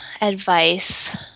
advice